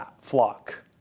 flock